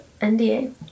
NDA